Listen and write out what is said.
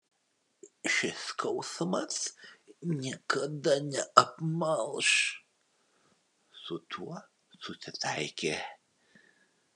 šis skausmas niekada neapmalš su tuo susitaikė